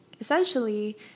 essentially